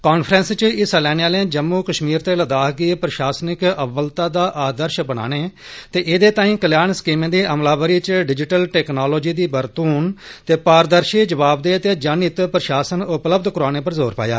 conference च हिस्सा लैने आलें जम्मू कश्मीर ते लद्दाख गी प्रशासनिक अब्बलता दा आर्दश बनाने ते एह्दे तांई कल्याण स्कीमें दी अमलावरी च डिजिटल टेक्नालोजी दी बरतून ते पारदर्शी जवाबदेह् ते जनहित प्रशासन उपलब्ध करोआने पर जोर पाया